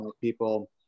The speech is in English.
people